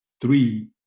three